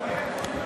והוראות